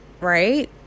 right